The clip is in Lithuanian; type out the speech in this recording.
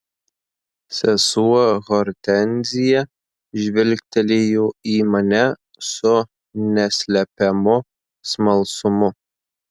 sesuo hortenzija žvilgtelėjo į mane su neslepiamu smalsumu